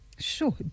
Sure